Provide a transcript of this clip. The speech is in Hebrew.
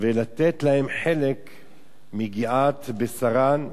ולתת להן חלק מיגיעת בשרן,